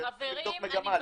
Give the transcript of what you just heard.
צריך לבדוק מגמה,